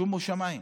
שומו שמיים.